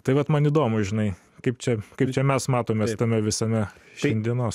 tai vat man įdomu žinai kaip čia kaip čia mes matomės tame visame šiandienos